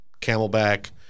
Camelback